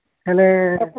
ହେଲେ